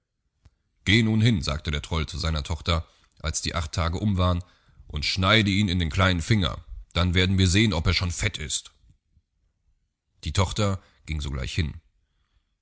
geh nun hin sagte der troll zu seiner tochter als die acht tage um waren und schneide ihn in den kleinen finger dann werden wir sehen ob er schon fett ist die tochter ging sogleich hin